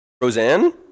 Roseanne